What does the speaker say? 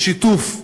בשיתוף,